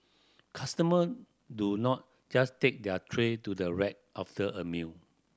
customer do not just take their tray to the rack after a meal